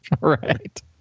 Right